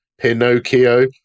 Pinocchio